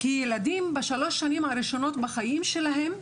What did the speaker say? כי ילדים בשלוש שנים הראשונות בחיים שלהם,